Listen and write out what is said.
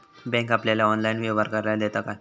Bank आपल्याला online व्यवहार करायला देता काय?